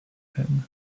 pin